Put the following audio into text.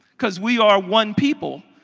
because we are one people.